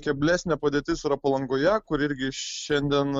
keblesnė padėtis yra palangoje kur irgi šiandien